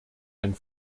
ein